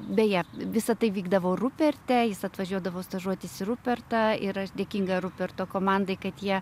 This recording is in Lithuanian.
beje visa tai vykdavo ruperte jis atvažiuodavo stažuotis į rupertą ir aš dėkinga ruperto komandai kad jie